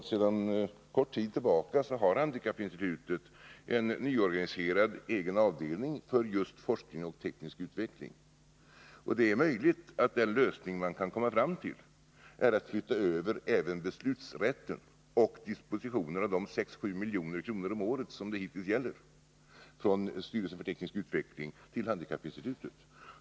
Sedan kort tid tillbaka har handikappinstitutet en nyorganiserad egen avdelning för just forskning och teknisk utveckling. Det är möjligt att den lösning man kan komma fram till är att flytta över beslutsrätten och dispositionen av de 6-7 milj.kr. om året som det hittills gäller från styrelsen för teknisk utveckling till handikappinstitutet.